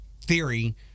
theory